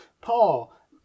Paul